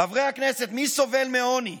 חברי הכנסת, מי סובל מעוני?